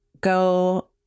go